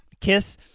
kiss